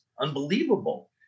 Unbelievable